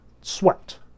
sweat